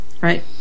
right